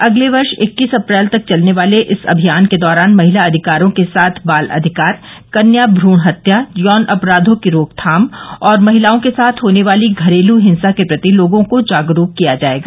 अगले वर्ष इक्कीस अप्रैल तक चलने वाले इस अभियान के दौरान महिला अधिकारों के साथ बाल अधिकार कन्या भ्रण हत्या यौन अपराघों की रोकथाम और महिलाओं के साथ होने वाली घरेलू हिंसा के प्रति लोगों को जागरूक किया जायेगा